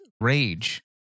rage